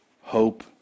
hope